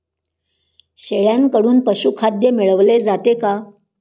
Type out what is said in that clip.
शेळ्यांकडून पशुखाद्य मिळवले जाते का?